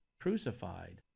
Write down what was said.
crucified